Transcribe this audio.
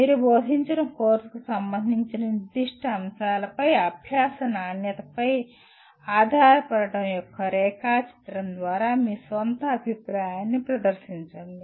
మీరు బోధించిన కోర్సుకు సంబంధించిన నిర్దిష్ట అంశాలపై అభ్యాస నాణ్యతపై ఆధారపడటం యొక్క రేఖాచిత్రం ద్వారా మీ స్వంత అభిప్రాయాన్ని ప్రదర్శించండి